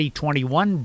2021